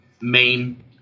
main